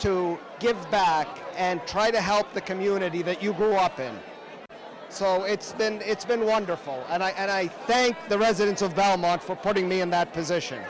to give back and try to help the community that you grew up in so it's been it's been wonderful and i thank the residents of baghdad for putting me in that position